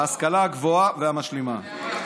ההשכלה הגבוהה והמשלימה.